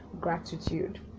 gratitude